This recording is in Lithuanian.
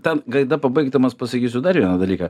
ta gaida pabaigdamas pasakysiu dar vieną dalyką